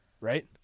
Right